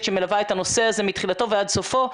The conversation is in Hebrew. שמלווה את הנושא הזה מתחילתו ועד סופו.